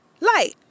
light